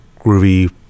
groovy